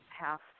half